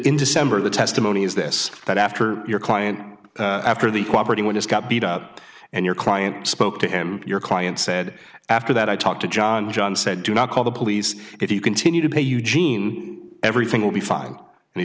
in december the testimony is this that after your client after the cooperated with us got beat up and your client spoke to him your client said after that i talked to john john said do not call the police if you continue to pay eugene everything will be fine and he